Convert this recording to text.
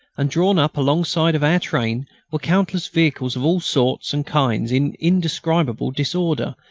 and drawn up alongside of our train were countless vehicles of all sorts and kinds in indescribable disorder,